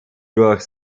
durch